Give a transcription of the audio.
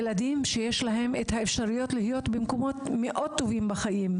ילדים שיש להם את האפשרויות להיות במקומות מאוד טובים בחיים,